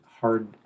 hard